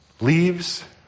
leaves